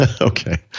Okay